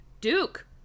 Duke